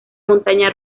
montaña